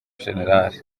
jenerali